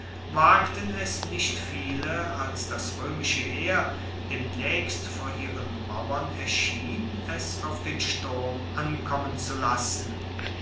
wagten es nicht viele als das roemische heer demnaechst vor ihren mauern erschien es auf den sturm ankommen zu lassen